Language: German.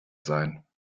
sein